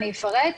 אני אפרט.